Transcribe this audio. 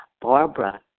Barbara